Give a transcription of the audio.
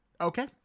Okay